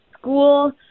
school